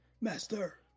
Master